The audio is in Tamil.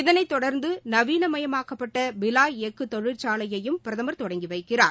இதனைத் தொடர்ந்து நவீனமயமாக்கப்பட்ட பிலாய் எஃகு தொழிற்சாலையையும் பிரதம் தொடங்கி வைக்கிறார்